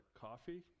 coffee